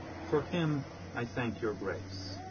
for him i thank your grace.